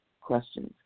Questions